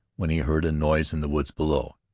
when he heard a noise in the woods below.